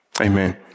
Amen